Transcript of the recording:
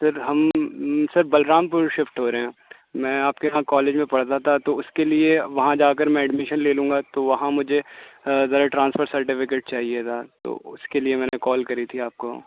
سر ہم sir Balrampur shift ہو رہے ہیں میں آپ کے یہاں کالج میں پڑھتا تھا تو اُس کے لیے وہاں جا کر میں ایڈمشن لے لوں گا تو وہاں مجھے ذرا ٹرانسفر سرٹیفکٹ چاہیے تھا تو اُس کے لیے میں نے کال کری تھی آپ کو